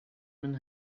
man